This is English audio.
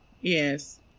Yes